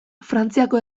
frantziako